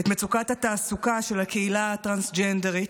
מצוקת התעסוקה של הקהילה הטרנסג'נדרית.